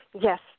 Yes